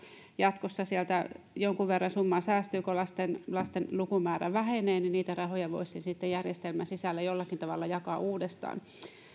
jatkossa sieltä jonkun verran summaa säästyy kun lasten lukumäärä vähenee niin niitä rahoja voisi sitten järjestelmän sisällä jollakin tavalla jakaa uudestaan